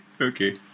Okay